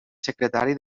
secretari